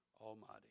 Almighty